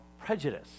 prejudice